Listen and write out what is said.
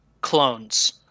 clones